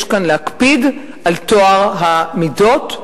יש כאן להקפיד על טוהר המידות,